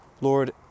Lord